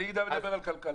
אני לאו דווקא מדבר על כלכלה.